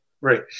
Right